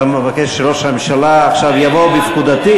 אתה מבקש שראש הממשלה, עכשיו, יבוא בפקודתי?